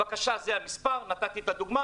בבקשה, זה המספר, נתתי את הדוגמה.